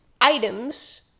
items